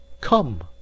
Come